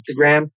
instagram